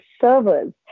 servers